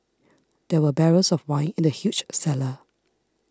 there were barrels of wine in the huge cellar